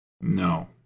No